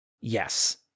Yes